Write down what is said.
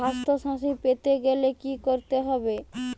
স্বাস্থসাথী পেতে গেলে কি করতে হবে?